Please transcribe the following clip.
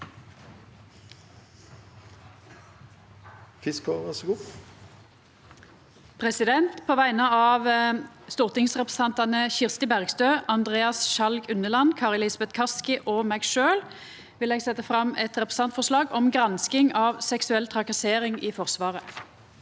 På vegner av stor- tingsrepresentantane Kirsti Bergstø, Andreas Sjalg Unneland, Kari Elisabeth Kaski og meg sjølv vil eg leggja fram eit representantforslag om gransking av seksuell trakassering i Forsvaret.